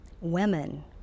women